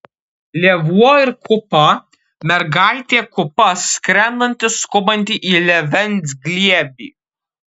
lėvuo ir kupa mergaitė kupa skrendanti skubanti į lėvens glėbį